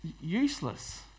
useless